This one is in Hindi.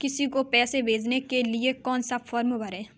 किसी को पैसे भेजने के लिए कौन सा फॉर्म भरें?